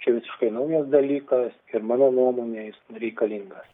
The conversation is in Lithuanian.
čia visiškai naujas dalykas ir mano nuomone jis reikalingas